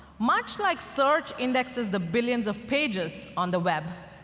much like search indexes the billions of pages on the web.